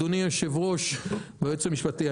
אדוני היושב-ראש והיועץ המשפטי,